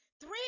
Three